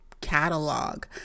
catalog